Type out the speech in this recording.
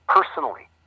personally